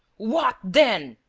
what then?